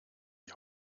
die